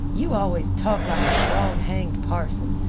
you always talk like a dog-hanged parson.